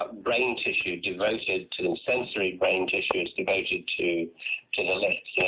but brain tissue devoted to them, sensory brain tissue, devoted to to the lips.